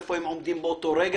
איפה הם עומדים באותו רגע,